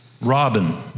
Robin